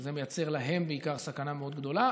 שזה מייצר להם בעיקר סכנה מאוד גדולה,